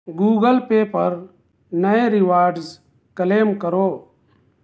Google pay پر نئے rewards claim کرو